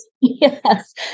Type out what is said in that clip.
Yes